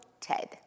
Ted